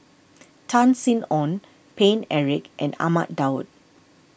Tan Sin Aun Paine Eric and Ahmad Daud